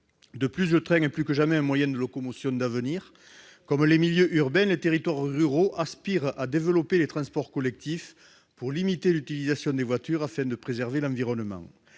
De plus, le train est plus que jamais un moyen de locomotion d'avenir : comme les milieux urbains, les territoires ruraux aspirent à développer les transports collectifs pour limiter l'utilisation des voitures, afin de préserver l'environnement.